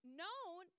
known